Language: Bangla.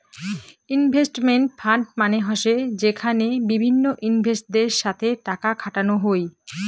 ইনভেস্টমেন্ট ফান্ড মানে হসে যেখানে বিভিন্ন ইনভেস্টরদের সাথে টাকা খাটানো হই